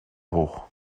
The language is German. hoch